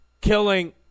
killing